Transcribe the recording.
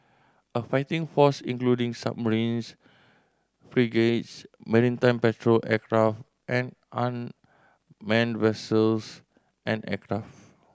a fighting force including submarines frigates maritime patrol aircraft and unmanned vessels and aircraft